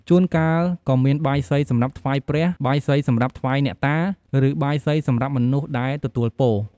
ជួនកាលក៏មានបាយសីសម្រាប់ថ្វាយព្រះ បាយសីសម្រាប់ថ្វាយអ្នកតា ឬបាយសីសម្រាប់មនុស្សដែលទទួលពរ។